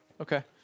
Okay